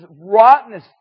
rottenness